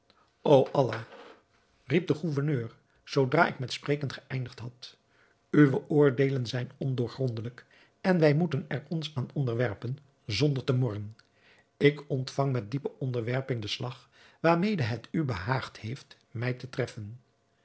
o allah riep de gouverneur zoodra ik met spreken geëindigd had uwe oordeelen zijn ondoorgrondelijk en wij moeten er ons aan onderwerpen zonder te morren ik ontvang met diepe onderwerping den slag waarmede het u behaagt heeft mij te treffen